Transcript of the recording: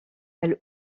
elle